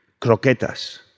croquetas